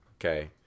Okay